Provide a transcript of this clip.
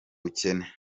bukene